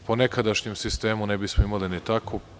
Po nekadašnjem sistemu, ne bismoimali ni takvu.